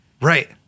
Right